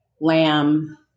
lamb